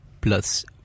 plus